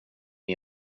det